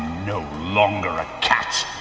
no longer a cat,